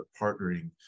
partnering